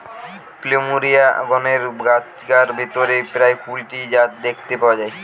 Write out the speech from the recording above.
plumeria গণের গাছগার ভিতরে প্রায় কুড়ি টি জাত দেখতে পাওয়া যায়